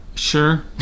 Sure